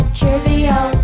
trivial